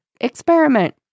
Experiment